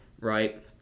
right